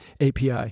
API